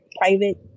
private